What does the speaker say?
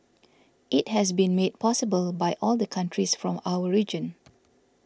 it has been made possible by all the countries from our region